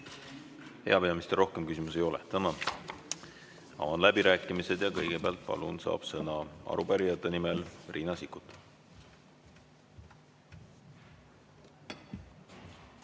Hea peaminister, rohkem küsimusi ei ole. Tänan! Avan läbirääkimised ja kõigepealt saab sõna arupärijate nimel Riina Sikkut.